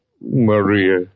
Maria